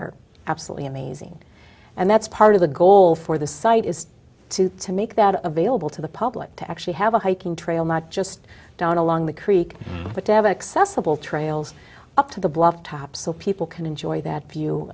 are absolutely amazing and that's part of the goal for the site is to to make that available to the public to actually have a hiking trail not just down along the creek but to have accessible trails up to the bluff top so people can enjoy that view